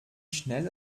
schnell